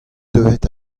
deuet